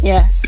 Yes